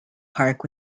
park